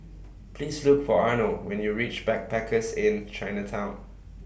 Please Look For Arnold when YOU REACH Backpackers Inn Chinatown